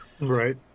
Right